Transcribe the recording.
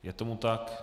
Je tomu tak.